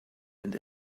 and